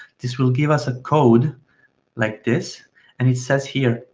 this will give us a code like this and it says here,